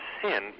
sin